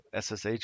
ssh